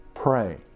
Pray